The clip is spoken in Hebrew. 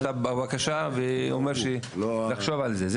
בבקשה אני אומר שתחשוב על זה,